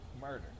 murder